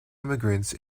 immigrants